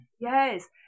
yes